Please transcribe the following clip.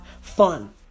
fun